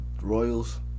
Royals